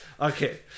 okay